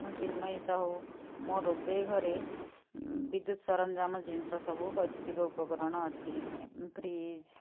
ମୁଁ ଚିନ୍ମୟୀ ସାହୁ ମୋ ରୋଷେଇ ଘରେ ବିଦ୍ୟୁତ ସରଞ୍ଜାମ ଜିନିଷ ସବୁ ବୈଦୁତିକ ଉପକରଣ ଅଛି ଫ୍ରିଜ୍